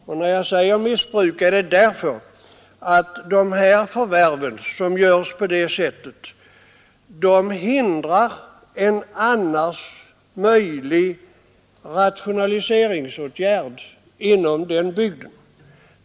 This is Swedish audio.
Att jag säger ”missbruk” beror på att förvärv som görs på detta sätt hindrar en annars möjlig rationaliseringsåtgärd inom bygden.